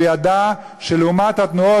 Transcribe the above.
והוא ידע שלעומת התנועות,